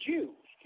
Jews